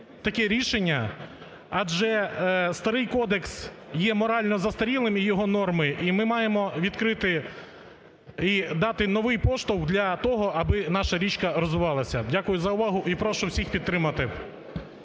таке рішення адже старий кодекс є морально застарілим і його норми і ми маємо відкрити і дати новий поштовх для того аби наша річка розвивалася. Дякую за увагу. І прошу всіх підтримати.